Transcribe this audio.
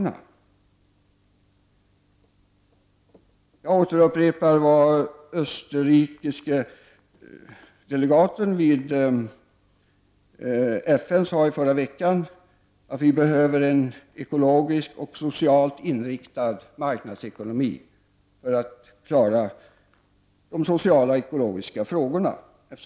Låt mig upprepa vad den österrikiska delegaten sade i FN förra veckan, nämligen att vi behöver en ekologiskt och socialt inriktad marknadsekonomi för att klara just de sociala och ekologiska frågorna.